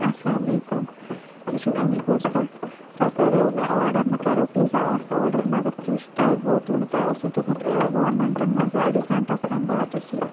السلامُ علیکُم تُہۍ چھُو أمی گوز پٮ۪ٹھ تۄہہِ کریو مےٚ آرڈَر مےٚ کریو پیٖزا اَکھ آرڈَر مگر تُہۍ چھُ تۄہہِ ووتوُنہٕ تۄہہِ اوسوُ دوٚپمُت وُہَن مِنٹَن منٛز یا أڑِس گَنٹَس تام واتیو سُہ